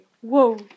whoa